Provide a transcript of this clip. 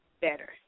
better